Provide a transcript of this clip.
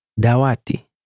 Dawati